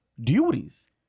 duties